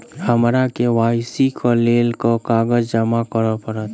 हमरा के.वाई.सी केँ लेल केँ कागज जमा करऽ पड़त?